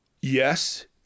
Yes